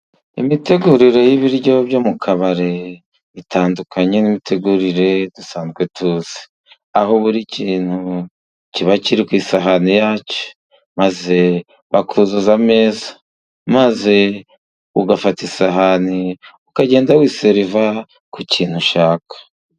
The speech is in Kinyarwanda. Imitegurire y'ibiryo byo mu kabari itandukanye n'imitegurire dusanzwe tuzi, aho buri kintu kiba kiri ku isahani yacyo, maze bakuzuza ameza maze ugafata isahani, ukagenda wiseriva ku kintu ushaka.